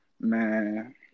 Man